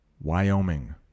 wyoming